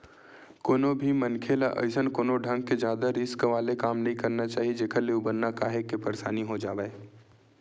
कोनो भी मनखे ल अइसन कोनो ढंग के जादा रिस्क वाले काम नइ करना चाही जेखर ले उबरना काहेक के परसानी हो जावय